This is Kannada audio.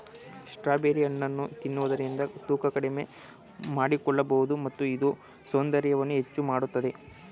ಸ್ಟ್ರಾಬೆರಿ ಹಣ್ಣನ್ನು ತಿನ್ನುವುದರಿಂದ ತೂಕ ಕಡಿಮೆ ಮಾಡಿಕೊಳ್ಳಬೋದು ಮತ್ತು ಇದು ಸೌಂದರ್ಯವನ್ನು ಹೆಚ್ಚು ಮಾಡತ್ತದೆ